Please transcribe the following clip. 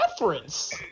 reference